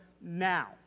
now